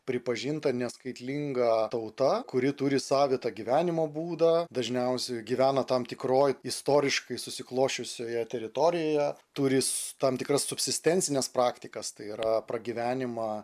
pripažinta neskaitlinga tauta kuri turi savitą gyvenimo būdą dažniausiai gyvena tam tikroj istoriškai susiklosčiusioje teritorijoje turi tam tikras subsistencines praktikas tai yra pragyvenimą